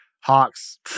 Hawks